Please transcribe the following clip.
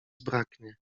zbraknie